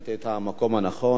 לתת את המקום הנכון.